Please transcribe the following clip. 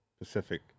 Pacific